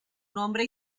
nombre